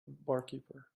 barkeeper